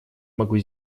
могу